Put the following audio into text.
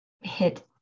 hit